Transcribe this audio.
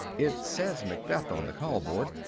it says macbeth on the callboard,